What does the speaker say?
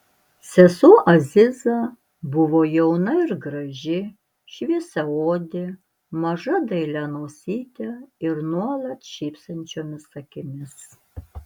sesuo aziza buvo jauna ir graži šviesiaodė maža dailia nosyte ir nuolat šypsančiomis akimis